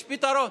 יש פתרון: